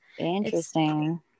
interesting